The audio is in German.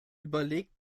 überlegt